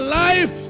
life